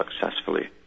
successfully